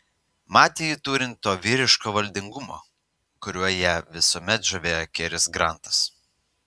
matė jį turint to vyriško valdingumo kuriuo ją visuomet žavėjo keris grantas